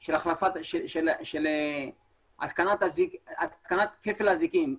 של התקנת כפל אזיקים,